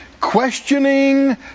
questioning